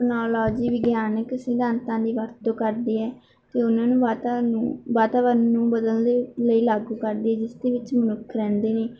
technology ਵਿਗਿਆਨਿਕ ਸਿਧਾਂਤਾਂ ਦੀ ਵਰਤੋਂ ਕਰਦੀ ਹੈ ਅਤੇ ਉਹਨਾਂ ਨੂੰ ਵਾਧਾ ਨੂੰ ਵਾਤਾਵਰਨ ਨੂੰ ਬਦਲਣ ਲਈ ਲਾਗੂ ਕਰਦੀ ਜਿਸ ਦੇ ਵਿੱਚ ਮਨੁੱਖ ਰਹਿੰਦੇ ਨੇ